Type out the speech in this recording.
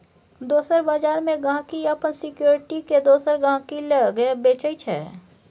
दोसर बजार मे गांहिकी अपन सिक्युरिटी केँ दोसर गहिंकी लग बेचय छै